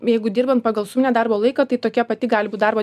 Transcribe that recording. jeigu dirbant pagal suminę darbo laiką tai tokia pati gali būt darbo